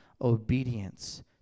obedience